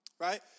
right